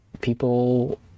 people